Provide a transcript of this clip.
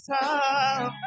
time